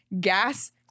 gas